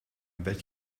bet